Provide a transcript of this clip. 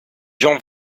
jean